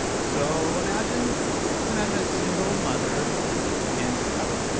so, imagine let's imagine a single mother in seattle.